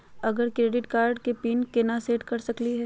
हमर credit card के PIN केना सेट कर सकली हे?